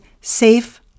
Safe